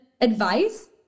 advice